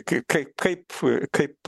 kai kaip kaip kaip